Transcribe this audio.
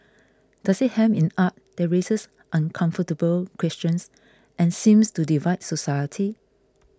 does it hem in art that raises uncomfortable questions and seems to divide society